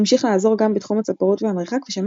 המשיך לעזור גם בתחום הצפרות והמחקר ושמר